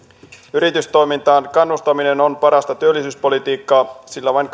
yritystoimintaan kannustaminen on parasta työllisyyspolitiikkaa sillä vain